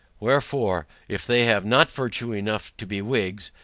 wherefore, if they have not virtue enough to be whigs,